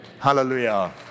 Hallelujah